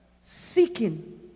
seeking